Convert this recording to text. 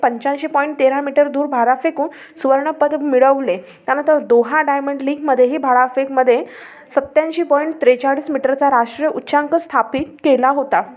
पंच्याऐंशी पॉईंट तेरा मीटर दूर भाला फेकून सुवर्णपद मिळवले त्यानंतर दोहा डायमंड लीगमध्येही भालाफेकमध्ये सत्यांऐशी पॉईंट त्रेचाळीस मीटरचा राष्ट्रीय उच्चांक स्थापित केला होता